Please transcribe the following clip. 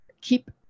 keep